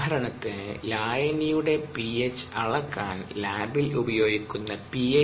ഉദാഹരണത്തിന് ലായനിയുടെ പിഎച്ച് അളക്കാൻ ലാബിൽ ഉപയോഗിക്കുന്ന പി